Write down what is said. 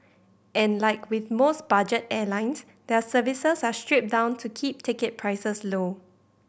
and like with most budget airlines their services are stripped down to keep ticket prices low